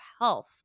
health